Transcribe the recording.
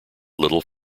little